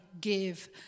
give